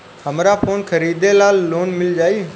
हमरा फोन खरीदे ला लोन मिल जायी?